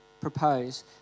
propose